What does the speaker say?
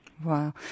Wow